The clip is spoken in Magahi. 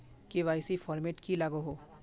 के.वाई.सी फॉर्मेट की लागोहो?